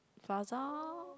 Plaza